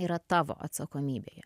yra tavo atsakomybėje